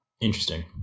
Interesting